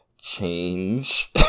change